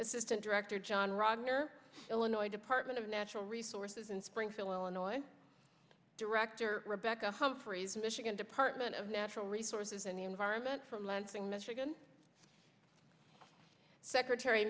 assistant director john rovner illinois department of natural resources in springfield illinois director rebecca humphries michigan department of natural resources and the environment from lansing michigan secretary